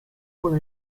con